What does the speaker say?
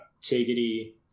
tiggity